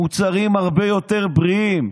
מוצרים הרבה יותר בריאים,